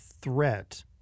threat